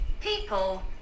People